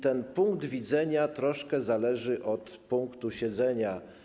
Ten punkt widzenia troszkę zależy od punktu siedzenia.